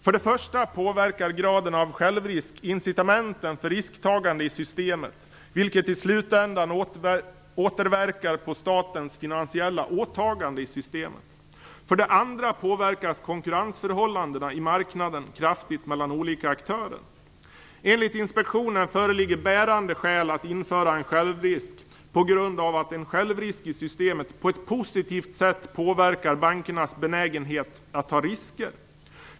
För det första påverkar graden av självrisk incitamenten för risktagande i systemet, vilket i slutändan återverkar på statens finansiella åtagande i systemet. För det andra påverkas konkurrensförhållandena i marknaden kraftigt mellan olika aktörer. Enligt inspektionen föreligger bärande skäl att införa en självrisk på grund av att en självrisk i systemet på ett positivt sätt påverkar bankernas benägenhet att ta risker.